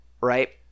right